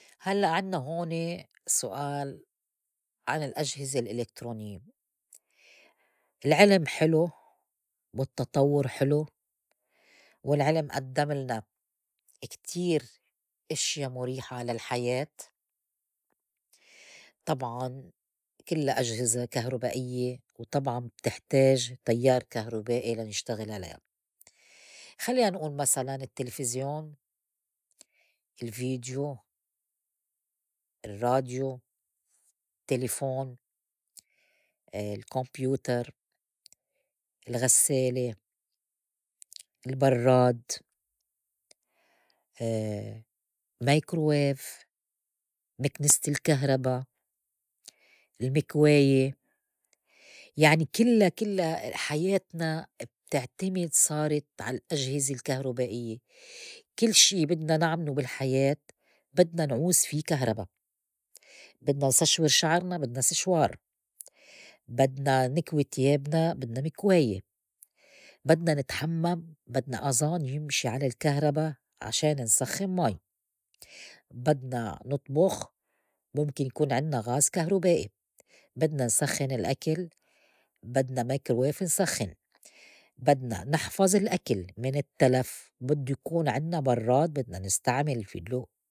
هلّأ عِنّا هوني سؤال عن الأجهزة الإلكترونية. العلِم حلو والتطوّر حلو والعلم أدّملنا كتير إشيا مُريحة للحياة طبعاً كِلّا أجهزة كهرُبائيّة وطبعاً بتحتاج تيّار كهربائي لنشتغل عليا خلّينا نئول مسلاً التّلفزيون، الفيديو، الرّاديو، تليفون الكمبيوتر، الغسّالة، البرّاد، مايكروويف، مكنسة الكهربا، المكواية يعني كلّا- كلّا حياتنا بتعتمد صارت على الأجهزة الكهرُبائيّة، كل شي بدنا نعملو بالحياة بدنا نعوز في كهربا. بدنا نسشور شعرنا بدنا سيشوار، بدنا نكوي تيابنا بدنا مكواية، بدنا نتحمّم بدنا أظان يمشي على الكهربا عشان نسخّن مي، بدنا نطبخ مُمكن يكون عنّا غاز كهربائي، بدنا نسخّن الأكل بدنا مايكروويف نسخّن. بدنا نحفظ الأكل من التّلف بدّو يكون عنّا برّاد. بدنا نستعمل الفيّو.